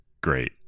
Great